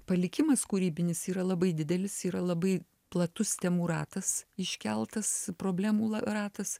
palikimas kūrybinis yra labai didelis yra labai platus temų ratas iškeltas problemų ratas